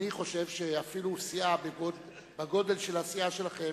אני חושב שאפילו סיעה בגודל של הסיעה שלכם